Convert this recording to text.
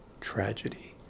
tragedy